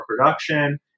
production